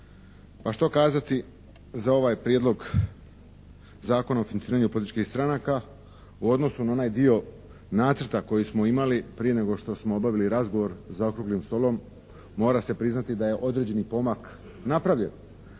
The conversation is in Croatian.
Pa što kazati za ovaj Prijedlog zakona o financiranju političkih stranaka u odnosu na onaj dio nacrta koji smo imali prije nego što smo obavili razgovor za Okruglim stolom? Mora se priznati da je određeni pomak napravljen